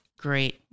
Great